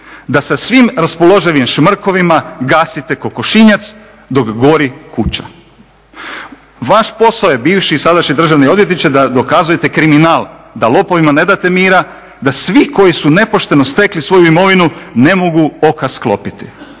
da sa svim raspoloživim šmrkovima gasite kokošinjac dok gori kuća. Vaš posao je bivši i sadašnji državni odvjetniče da dokazujete kriminal, da lopovima ne date mira, da svi koji su nepošteno stekli svoju imovinu ne mogu oka sklopiti,